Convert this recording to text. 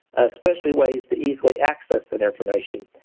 especially ways to easily access ah the information.